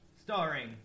Starring